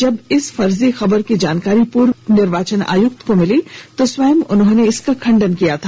जब इस फर्जी खबर की जानकारी पूर्व निर्वाचन आयुक्त को मिली तो स्वयं उन्होंने इसका खंडन किया था